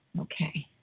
Okay